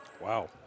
Wow